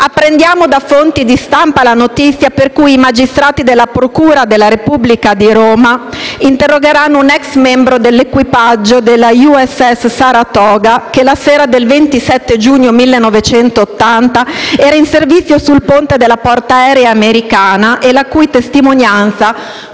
Apprendiamo da fonti di stampa la notizia per cui i magistrati della procura della Repubblica di Roma interrogheranno un ex membro dell'equipaggio della USS Saratoga, che la sera del 27 giugno 1980 era in servizio sul ponte della portaerei americana e la cui testimonianza